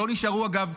לא נשארה, אגב,